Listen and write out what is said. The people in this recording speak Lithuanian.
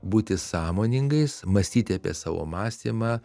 būti sąmoningais mąstyti apie savo mąstymą